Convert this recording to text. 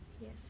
Yes